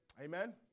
Amen